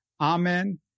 Amen